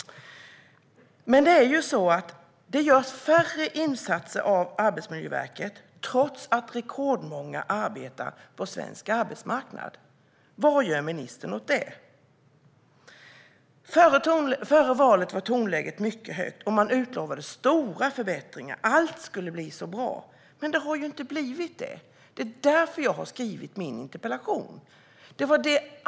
Men det görs färre insatser av Arbetsmiljöverket, trots att rekordmånga arbetar på svensk arbetsmarknad. Vad gör ministern åt det? Före valet var tonläget mycket högt, och man utlovade stora förbättringar - allt skulle bli så bra. Men det har inte blivit det, och det är därför jag har skrivit min interpellation.